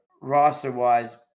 roster-wise